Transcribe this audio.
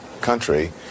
country